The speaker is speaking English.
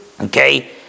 Okay